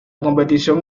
competición